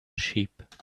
sheep